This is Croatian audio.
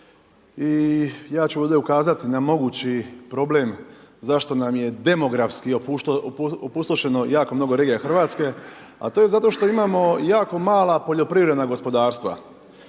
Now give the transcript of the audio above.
i ja ću ovdje ukazati na mogući problem, zašto nam je demografski opustošeno jako mnogo regija Hrvatske, a to je zato što imamo jako mala poljoprivredna gospodarstva.